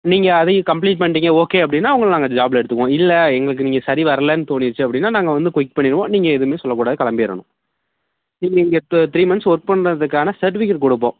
நீங்கள் அதையும் கம்ப்ளீட் பண்ட்டீங்கள் ஓகே அப்படின்னா உங்களை நாங்கள் அந்த ஜாப்ல எடுத்துக்குவோம் இல்லை எங்களுக்கு நீங்கள் சரி வரலன்னு தோணிருச்சு அப்படின்னா நாங்கள் வந்து குய்ட் பண்ணிடுவோம் நீங்கள் எதுவுமே சொல்லக்கூடாது கிளம்பிரணும் நீங்கள் இங்கே இப்போ த்ரீ மந்த்ஸ் ஒர்க் பண்ணதுக்கான சர்ட்டிவிகேட் கொடுப்போம்